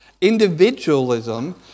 Individualism